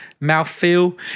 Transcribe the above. mouthfeel